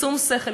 בשום שכל,